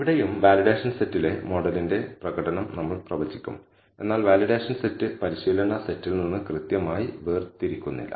ഇവിടെയും വാലിഡേഷൻ സെറ്റിലെ മോഡലിന്റെ പ്രകടനം നമ്മൾ പ്രവചിക്കും എന്നാൽ വാലിഡേഷൻ സെറ്റ് പരിശീലന സെറ്റിൽ നിന്ന് കൃത്യമായി വേർതിരിക്കുന്നില്ല